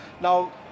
Now